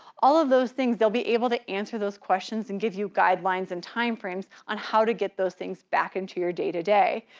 all of those things. they'll be able to answer those questions and give you guidelines and timeframes on how to get those things back into your day to day.